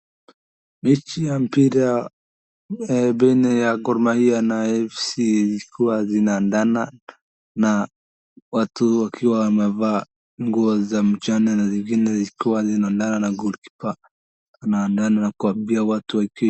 Mechi ya mpira baina ya Gormahia na AFC ilikuwa zinaandana na watu wakiwa wamevaa nguo za mchana na zingine zikiwa zinaandana na goalkeeper . wanaandana na kuwaambia watu.